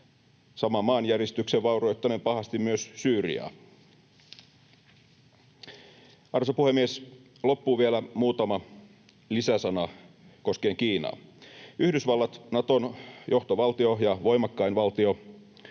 saman maanjäristyksen vaurioittaneen pahasti myös Syyriaa. Arvoisa puhemies! Loppuun vielä muutama lisäsana koskien Kiinaa. Yhdysvallat, Naton johtovaltio ja voimakkain valtio,